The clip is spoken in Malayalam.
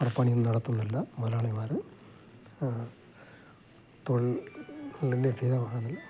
അവിടെ പണിയൊന്നും നടത്തുന്നില്ല മുതലാളിമാര് തൊഴിൽ ഒന്നും ലഭ്യമാകുന്നില്ല